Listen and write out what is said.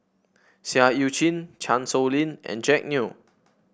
Seah Eu Chin Chan Sow Lin and Jack Neo